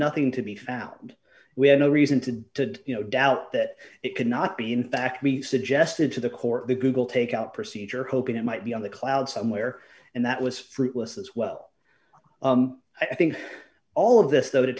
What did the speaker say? nothing to be found we had no reason to you know doubt that it could not be in fact we suggested to the court the google take out procedure hoping it might be on the cloud somewhere and that was fruitless as well i think all of this though to